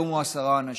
היום הוא עשרה אנשים.